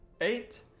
eight